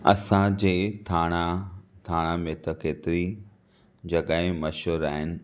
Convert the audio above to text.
असांजे ठाणा ठाणा में त केतिरी जॻहियूं मशहूर आहिनि